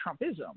Trumpism